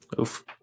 Oof